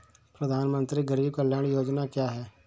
प्रधानमंत्री गरीब कल्याण योजना क्या है?